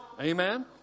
Amen